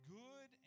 good